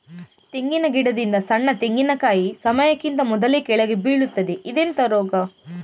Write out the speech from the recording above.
ತೆಂಗಿನ ಗಿಡದಿಂದ ಸಣ್ಣ ತೆಂಗಿನಕಾಯಿ ಸಮಯಕ್ಕಿಂತ ಮೊದಲೇ ಕೆಳಗೆ ಬೀಳುತ್ತದೆ ಇದೆಂತ ರೋಗ?